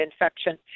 infection